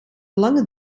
lange